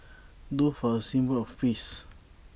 doves are A symbol of peace